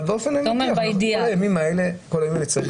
אבל באופן אמיתי את כל הדברים האלה צריך